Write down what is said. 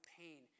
pain